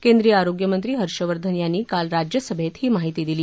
केंद्रीय आरोग्य मंत्री हर्षवर्धन यांनी काल राज्यसभेत ही माहिती दिली